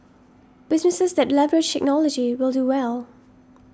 businesses that leverage technology will do well